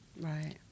Right